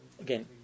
again